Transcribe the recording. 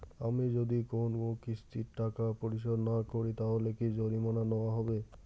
আমি যদি কোন কিস্তির টাকা পরিশোধ না করি তাহলে কি জরিমানা নেওয়া হবে?